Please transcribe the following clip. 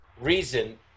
reason